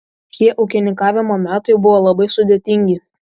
šie ūkininkavimo metai buvo labai sudėtingi